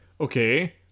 Okay